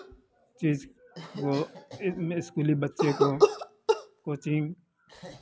चीज़ को इसमें इस्कूली बच्चे को कोचिंग